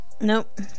Nope